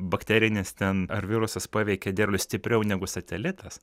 bakterinis ten ar virusas paveikė derlių stipriau negu satelitas